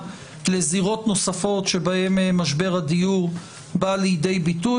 לזירות נוספות שבהן משבר הדיור בא לידי ביטוי.